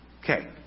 Okay